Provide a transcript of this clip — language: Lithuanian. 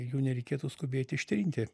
jų nereikėtų skubėti ištrinti